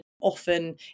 often